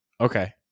Okay